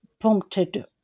prompted